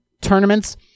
tournaments